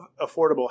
affordable